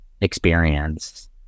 experience